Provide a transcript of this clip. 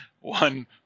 one